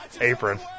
apron